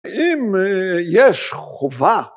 אם יש חובה